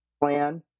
plan